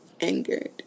angered